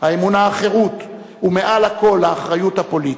האמונה, החירות, ומעל הכול האחריות הפוליטית.